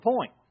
point